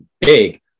big